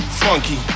funky